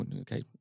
okay